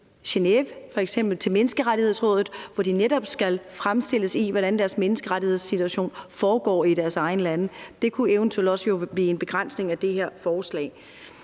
Genève, f.eks. til Menneskerettighedsrådet, hvor de netop skal fremstille, hvordan menneskerettighedssituationen er i deres egne lande. Det kunne eventuelt også blive en begrænsning som følge af det her forslag.